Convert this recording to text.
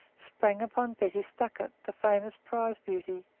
sprang upon betty stuckart, the famous prize beauty,